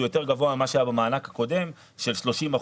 הוא יותר גבוה ממה שהיה במענק הקודם של 30 אחוזים,